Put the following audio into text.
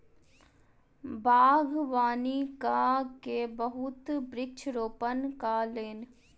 बागवानी कय के बहुत वृक्ष रोपण कयलैन